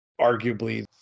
arguably